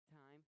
time